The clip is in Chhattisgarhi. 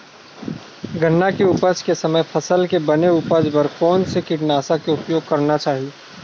गन्ना के उपज के समय फसल के बने उपज बर कोन से कीटनाशक के उपयोग करना चाहि?